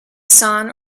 json